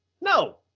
No